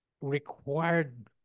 required